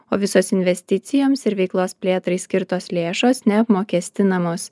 o visos investicijoms ir veiklos plėtrai skirtos lėšos neapmokestinamos